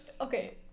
Okay